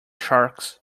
sharks